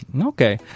Okay